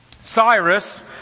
Cyrus